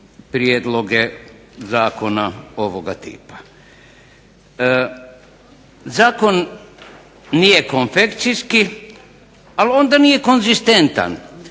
zakona ovoga tipa. Zakon nije konfekcijski, ali onda nije konzistentan.